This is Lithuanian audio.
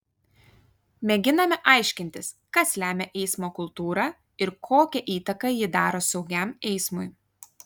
mėginame aiškintis kas lemia eismo kultūrą ir kokią įtaką ji daro saugiam eismui